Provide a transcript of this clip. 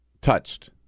Touched